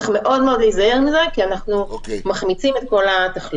צריך מאוד מאוד להיזהר מזה כי אנחנו מחמיצים את כל התכלית.